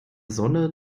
sonne